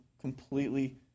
completely